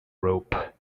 rope